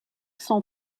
son